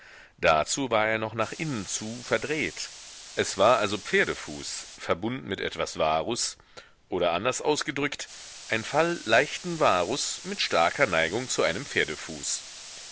dazu war er noch nach innen zu verdreht es war also pferdefuß verbunden mit etwas varus oder anders ausgedrückt ein fall leichten varus mit starker neigung zu einem pferdefuß